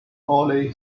only